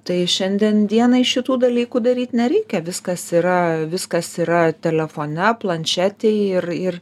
tai šiandien dienai šitų dalykų daryti nereikia viskas yra viskas yra telefone planšetėj ir ir